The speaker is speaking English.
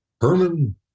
Herman